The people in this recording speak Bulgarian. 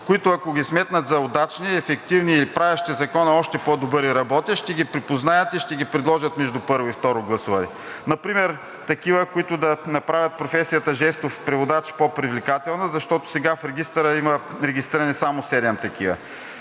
които, ако ги сметнат за удачни, ефективни и правещи Закона още по-добър и работещ, ще ги припознаят и ще ги предложат между първо и второ гласуване. Например такива, които да направят професията жестов преводач по-привлекателна, защото сега в регистъра има регистрирани само седем такива